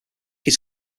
his